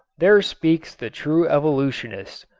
there speaks the true evolutionist,